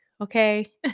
Okay